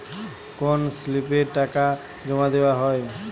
কোন স্লিপে টাকা জমাদেওয়া হয়?